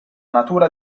natura